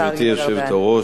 גברתי היושבת-ראש,